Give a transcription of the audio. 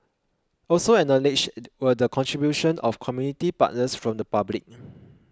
also acknowledged were the contributions of community partners from the public